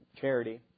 charity